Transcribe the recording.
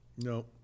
No